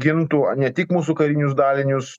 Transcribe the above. gintų ne tik mūsų karinius dalinius